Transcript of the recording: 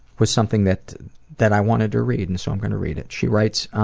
was something that that i wanted to read, and so i'm gonna read it. she writes